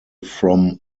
from